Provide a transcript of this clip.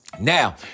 Now